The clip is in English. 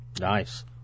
Nice